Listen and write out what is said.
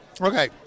Okay